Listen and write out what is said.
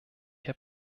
herr